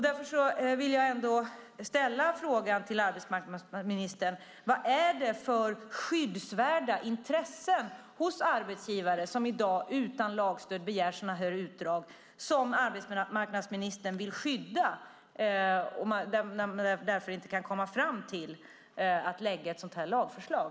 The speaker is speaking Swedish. Därför vill jag ändå ställa frågan till arbetsmarknadsministern: Vad är det för skyddsvärda intressen hos arbetsgivare som i dag utan lagstöd begär sådana här utdrag som arbetsmarknadsministern vill skydda och därför inte kan komma fram till att lägga fram ett sådant här lagförslag?